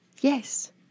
Yes